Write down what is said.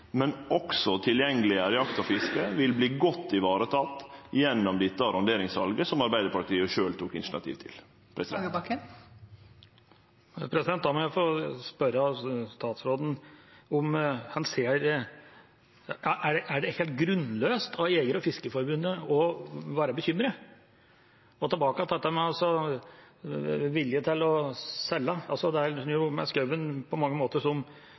men også å tilgjengeleggjere jakt og fiske, vil verte godt vareteke gjennom dette arronderingssalet, som Arbeidarpartiet sjølv tok initiativ til. Da må jeg få spørre statsråden: Er det grunnløst av Jeger- og Fiskerforbundet å være bekymret? Tilbake til viljen til å selge. Det er med skauen på mange måter som